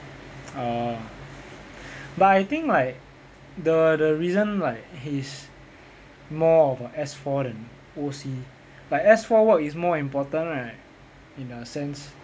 ah but I think like the the reason like he's more of a S four than O_C like S four work is more important right in a sense